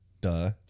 Duh